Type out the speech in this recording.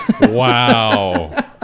Wow